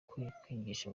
kwangisha